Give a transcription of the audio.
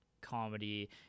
comedy